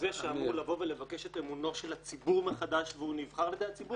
זה שאמור לבוא ולבקש את אמונו של הציבור מחדש והוא נבחר על ידי הציבור?